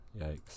yikes